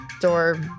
door